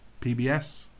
PBS